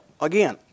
again